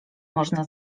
można